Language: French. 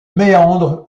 méandre